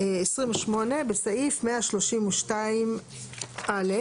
(28) בסעיף 132(א),